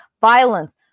violence